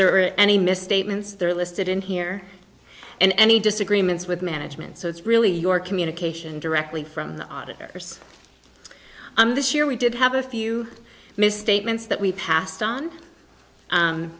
there are any misstatements they're listed in here and any disagreements with management so it's really your communication directly from the auditors and this year we did have a few misstatements that we passed on